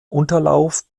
unterlauf